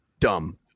Dumb